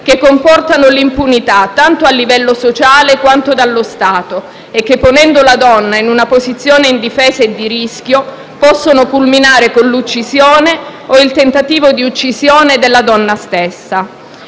poste in essere tanto a livello sociale, quanto dallo Stato e che, ponendo la donna in una posizione indifesa e di rischio, possono culminare con l'uccisione o il tentativo di uccisione della donna stessa».